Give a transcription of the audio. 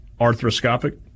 arthroscopic